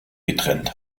getrennt